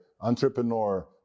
entrepreneur